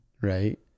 right